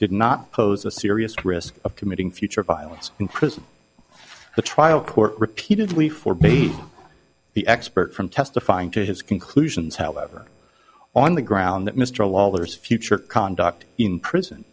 did not pose a serious risk of committing future violence in prison the trial court repeatedly for me the expert from testifying to his conclusions however on the ground that mr lawler's future conduct in prison